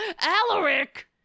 Alaric